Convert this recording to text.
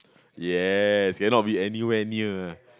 yes cannot be anywhere near